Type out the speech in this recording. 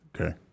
Okay